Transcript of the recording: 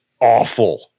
awful